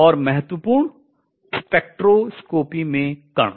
और महत्वपूर्ण स्पेक्ट्रोस्कोपी में कण